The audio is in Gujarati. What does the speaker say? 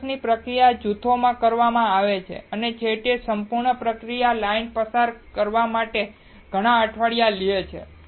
વેફર્સની પ્રક્રિયા જૂથોમાં કરવામાં આવે છે અને છેવટે સંપૂર્ણ પ્રક્રિયા લાઇન પસાર કરવા માટે ઘણાં અઠવાડિયા લે છે